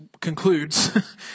concludes